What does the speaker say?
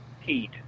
heat